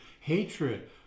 hatred